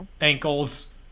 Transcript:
ankles